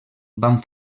van